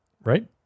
right